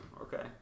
Okay